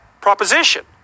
proposition